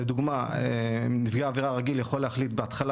לדוגמה נפגע עבירה רגיל יכול להחליט בהתחלה